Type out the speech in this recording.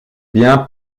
bien